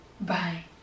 Bye